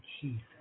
Jesus